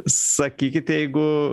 sakykit jeigu